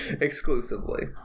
Exclusively